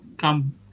Come